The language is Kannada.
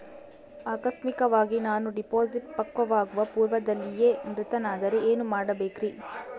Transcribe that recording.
ಆಕಸ್ಮಿಕವಾಗಿ ನಾನು ಡಿಪಾಸಿಟ್ ಪಕ್ವವಾಗುವ ಪೂರ್ವದಲ್ಲಿಯೇ ಮೃತನಾದರೆ ಏನು ಮಾಡಬೇಕ್ರಿ?